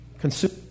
consume